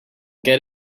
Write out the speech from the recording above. get